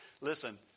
Listen